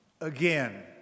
Again